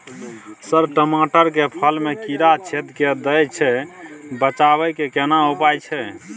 Sir टमाटर के फल में कीरा छेद के दैय छैय बचाबै के केना उपाय छैय?